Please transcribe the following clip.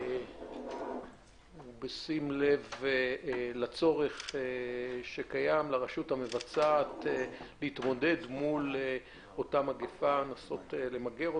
בשים לב לצורך שקיים לרשות המבצעת להתמודד מול אותה המגפה ולנסות למגרה,